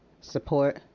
Support